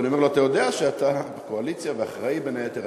ואני אומר לו: אתה יודע שאתה קואליציה ואחראי בין היתר.